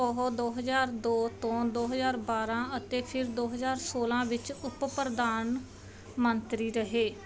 ਉਹ ਦੋ ਹਜ਼ਾਰ ਦੋ ਤੋਂ ਦੋ ਹਜ਼ਾਰ ਬਾਰ੍ਹਾਂ ਅਤੇ ਫਿਰ ਦੋ ਹਜ਼ਾਰ ਸੌਲ੍ਹਾਂ ਵਿੱਚ ਉਪ ਪ੍ਰਧਾਨ ਮੰਤਰੀ ਰਹੇ